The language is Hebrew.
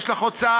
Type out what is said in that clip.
יש לך הוצאה,